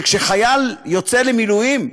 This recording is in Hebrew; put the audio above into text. כשחייל יוצא למילואים,